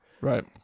Right